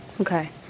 Okay